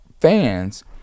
fans